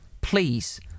please